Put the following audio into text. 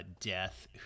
death